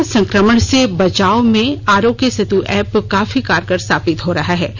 corona संक्रमण से बचाव में आरोग्य सेतु एप्प काफी कारगर साबित हो रहा है